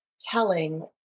telling